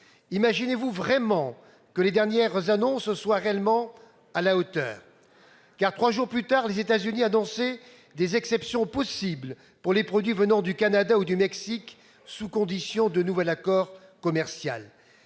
Imaginez-vous vraiment que les dernières annonces soient réellement à la hauteur de l'enjeu ? Trois jours après la décision de M. Trump, les États-Unis annonçaient des exceptions possibles pour les produits venant du Canada ou du Mexique, sous condition de nouvel accord commercial.